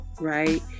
right